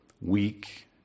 weak